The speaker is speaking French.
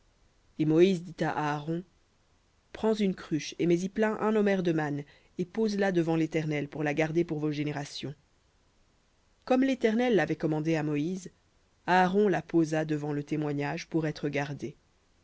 et moïse dit à aaron prends une cruche et mets y plein un omer de manne et pose la devant l'éternel pour la garder pour vos générations comme l'éternel l'avait commandé à moïse aaron la posa devant le témoignage pour être gardée